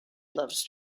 loves